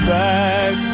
back